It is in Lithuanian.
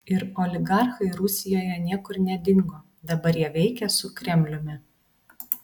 ir oligarchai rusijoje niekur nedingo dabar jie veikia su kremliumi